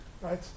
right